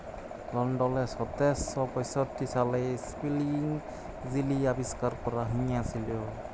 লল্ডলে সতের শ পঁয়ষট্টি সালে ইস্পিলিং যিলি আবিষ্কার ক্যরা হঁইয়েছিল